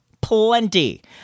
Plenty